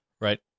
Right